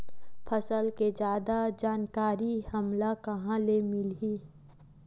फसल के जादा जानकारी हमला कहां ले मिलही?